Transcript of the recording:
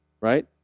Right